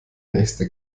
nächste